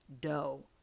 Doe